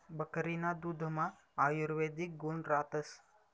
बकरीना दुधमा आयुर्वेदिक गुण रातस